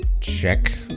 Check